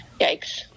Yikes